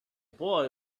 boy